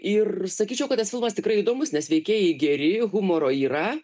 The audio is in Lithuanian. ir sakyčiau kad tas filmas tikrai įdomus nes veikėjai geri humoro yra